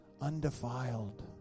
undefiled